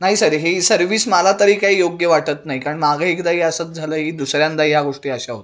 नाही सर ही सर्विस मला तरी काही योग्य वाटत नाही कारण मागं एकदाही असंच झालं ही दुसऱ्यांदाही या गोष्टी अशा होतो